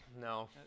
no